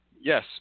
Yes